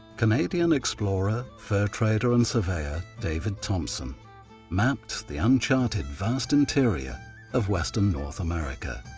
canadian explorer, fur trader and surveyor david thompson mapped the uncharted vast interior of western north america.